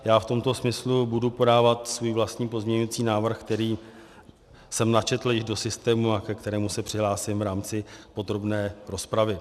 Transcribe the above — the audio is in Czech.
Já v tomto smyslu budu podávat svůj vlastní pozměňující návrh, který jsem již načetl do systému a ke kterému se přihlásím v rámci podrobné rozpravy.